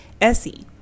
Essie